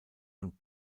und